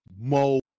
mo